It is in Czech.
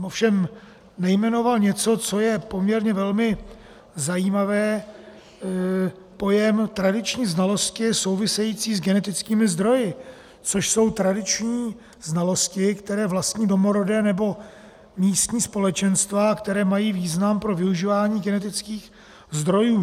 Ovšem nejmenoval něco, co je poměrně velmi zajímavé pojem tradiční znalosti související s genetickými zdroji, což jsou tradiční znalosti, které vlastní domorodá nebo místní společenstva, která mají význam pro využívání genetických zdrojů.